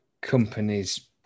companies